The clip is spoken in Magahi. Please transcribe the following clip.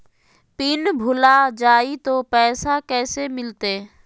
पिन भूला जाई तो पैसा कैसे मिलते?